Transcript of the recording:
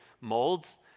molds